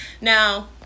now